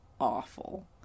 awful